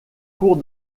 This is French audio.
cours